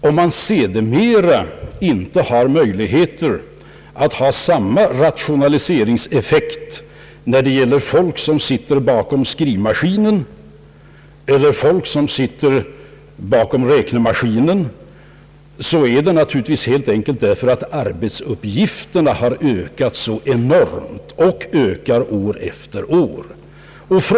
Om man sedan inte har möjligheter till rationalisering i samma takt när det gäller folk som sitter bakom skrivmaskinen eller räknemaskinen, så beror detta helt enkelt på att arbetsuppgifterna inom den sektorn ökat så enormt och fortsätter att öka år efter år.